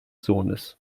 sohnes